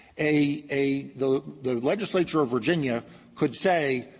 a a the the legislature of virginia could say,